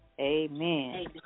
Amen